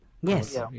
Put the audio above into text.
Yes